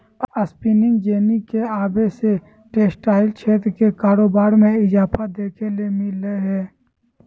spinning jenny के आवे से टेक्सटाइल क्षेत्र के कारोबार मे इजाफा देखे ल मिल लय हें